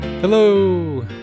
Hello